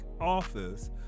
office